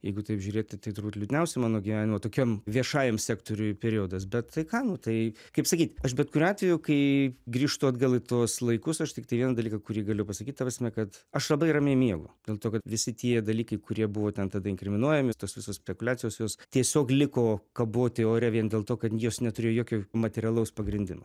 jeigu taip žiūrėti tai turbūt liūdniausia mano gyvenimo tokiam viešajam sektoriuj periodas bet tai kam tai kaip sakyt aš bet kuriuo atveju kai grįžtu atgal į tuos laikus aš tiktai vieną dalyką kurį galiu pasakyt ta prasme kad aš labai ramiai miegu dėl to kad visi tie dalykai kurie buvo ten tada inkriminuojami tos visos spekuliacijos jos tiesiog liko kaboti ore vien dėl to kad jos neturėjo jokio materialaus pagrindimo